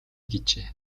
гэжээ